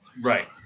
Right